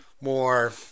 more